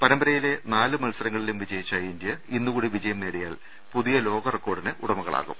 പരമ്പരയിലെ നാല് മത്സ രങ്ങളിലും വിജയിച്ച ഇന്ത്യ ഇന്ന്കൂടി വിജയം നേടി യാൽ പുതിയ ലോകറെക്കോർഡിന് ഉടമകളാകും